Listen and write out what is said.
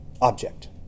object